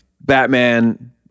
batman